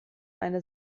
eine